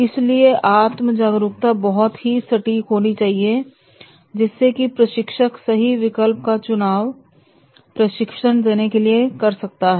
इसलिए आत्म जागरूकता बहुत ही सटीक होनी चाहिए जिससे कि प्रशिक्षक सही विकल्प का चुनाव प्रशिक्षण देने के लिए कर सकता है